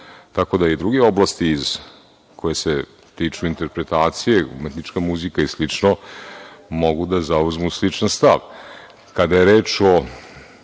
tako da i druge oblasti koje se tiču interpretacije, umetnička muzika i slično mogu da zauzmu sličan stav. Kada je reč o